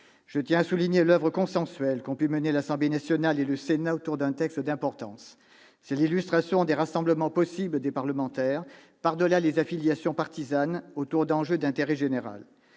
Je tiens à souligner l'oeuvre consensuelle qu'ont pu mener l'Assemblée nationale et le Sénat autour d'un texte d'importance. J'y vois l'illustration des rassemblements possibles des parlementaires, par-delà les affiliations partisanes, autour d'enjeux d'intérêt général.